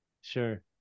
Sure